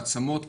בעצמות.